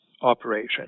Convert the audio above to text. operation